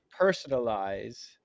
personalize